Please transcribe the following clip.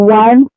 one